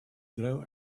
grow